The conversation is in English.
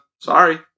sorry